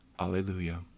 Hallelujah